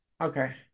okay